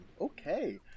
okay